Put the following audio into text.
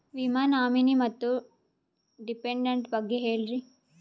ವಿಮಾ ನಾಮಿನಿ ಮತ್ತು ಡಿಪೆಂಡಂಟ ಬಗ್ಗೆ ಹೇಳರಿ?